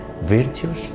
virtues